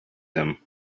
them